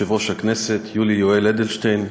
יושב-ראש הכנסת יולי יואל אדלשטיין,